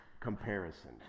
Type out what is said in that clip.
comparison